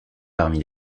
parmi